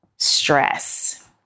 stress